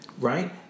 right